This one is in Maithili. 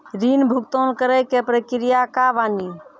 ऋण भुगतान करे के प्रक्रिया का बानी?